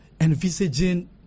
Envisaging